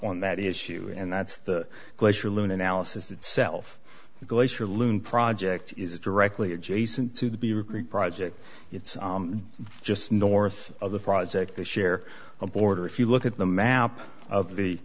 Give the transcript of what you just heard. on that issue and that's the glacier loon analysis itself the glacier loon project is directly adjacent to the b recruit project it's just north of the project they share a border if you look at the map of the